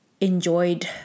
enjoyed